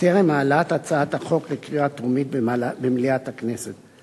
בטרם העלאת הצעת החוק לקריאה טרומית במליאת הכנסת.